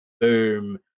boom